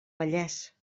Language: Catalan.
vallès